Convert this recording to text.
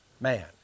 man